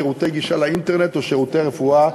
שירותי גישה לאינטרנט או שירותי רפואה,